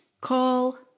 call